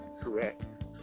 correct